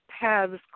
paths